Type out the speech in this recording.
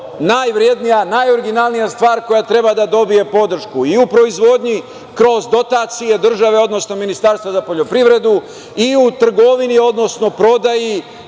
najvrednija, najoriginalnija stvar koja treba da dobije podršku i u proizvodnji kroz dotacije države, odnosno Ministarstva za poljoprivredu i u trgovini, odnosno prodaji